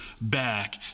back